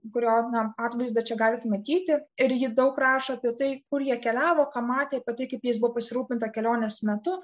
kurio na atvaizdą čia galit matyti ir ji daug rašo apie tai kur jie keliavo ką matė pati kaip jais buvo pasirūpinta kelionės metu